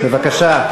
בבקשה.